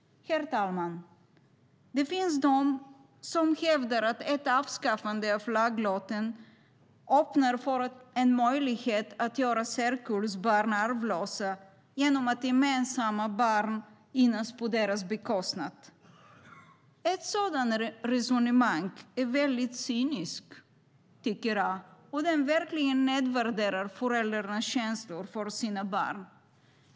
Herr talman! Det finns de som hävdar att ett avskaffande av laglotten öppnar för en möjlighet att göra särkullbarn arvlösa genom att gemensamma barn gynnas på deras bekostnad. Ett sådant resonemang är väldigt cyniskt och nedvärderar verkligen föräldrarnas känslor för sina barn.